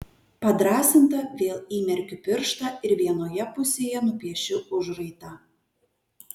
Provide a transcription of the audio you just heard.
padrąsinta vėl įmerkiu pirštą ir vienoje pusėje nupiešiu užraitą